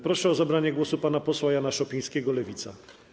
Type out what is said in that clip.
Proszę o zabranie głosu pana posła Jana Szopińskiego, Lewica.